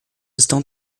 estão